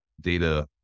Data